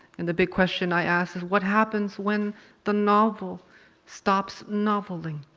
and the big question i asked is what happens when the novel stops noveling?